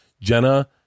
Jenna